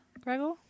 Gregor